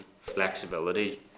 flexibility